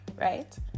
right